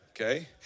okay